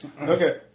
Okay